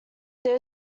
there